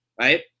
right